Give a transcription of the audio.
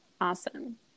Awesome